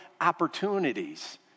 opportunities